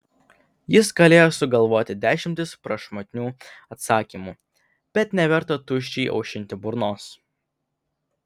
jis galėjo sugalvoti dešimtis prašmatnių atsakymų bet neverta tuščiai aušinti burnos